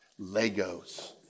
Legos